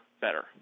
better